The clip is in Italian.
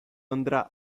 andrà